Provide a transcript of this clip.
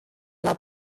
love